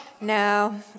no